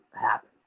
happen